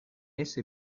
ese